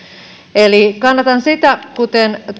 eli kannatan sitä kuten